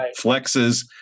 flexes